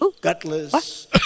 gutless